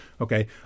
Okay